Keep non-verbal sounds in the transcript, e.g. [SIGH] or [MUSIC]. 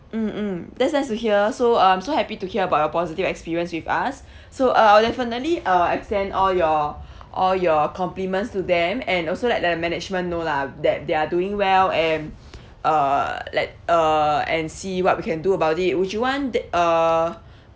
mm mm that's nice to hear so um so happy to hear about your positive experience with us [BREATH] so uh I'll definitely uh extend all your [BREATH] all your compliments to them and also let the management know lah that they are doing well and [BREATH] uh let uh and see what we can do about it would you want that uh